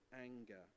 anger